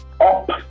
up